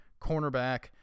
cornerback